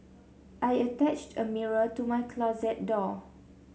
I attached a mirror to my closet door